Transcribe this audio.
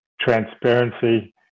transparency